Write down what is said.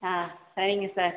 ஆ சரிங்க சார்